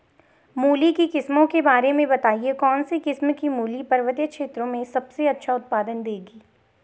मूली की किस्मों के बारे में बताइये कौन सी किस्म की मूली पर्वतीय क्षेत्रों में सबसे अच्छा उत्पादन देंगी?